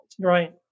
Right